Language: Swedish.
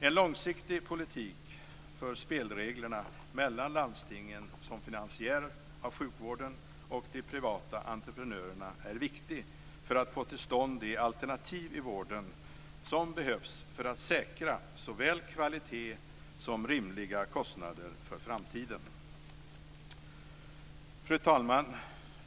En långsiktig politik för spelreglerna mellan landstingen som finansiär av sjukvården och de privata entreprenörerna är viktig för att få till stånd de alternativ i vården som behövs för att säkra såväl kvalitet som rimliga kostnader för framtiden. Fru talman!